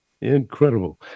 incredible